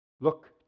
Look